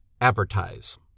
advertise